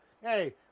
Hey